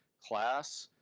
class,